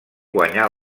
guanyà